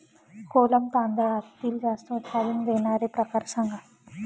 कोलम तांदळातील जास्त उत्पादन देणारे प्रकार सांगा